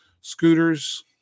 scooters